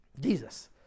Jesus